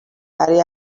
برای